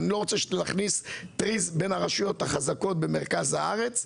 אני לא רוצה לתקוע טריז בין הרשויות החזקות במרכז הארץ.